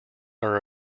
are